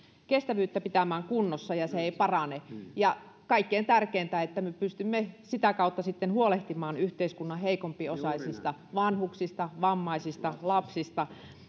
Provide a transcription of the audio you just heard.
kestävyyttä pitämään kunnossa ja se ei parane kaikkein tärkeintä on että me pystymme sitä kautta sitten huolehtimaan yhteiskunnan heikompiosaisista vanhuksista vammaisista lapsista